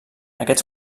aquests